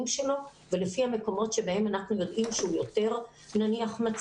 שלו ולפי המקומות שאנחנו יודעים שהוא יותר מצליח,